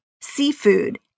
seafood